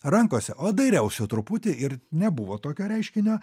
rankose o dairiausi truputį ir nebuvo tokio reiškinio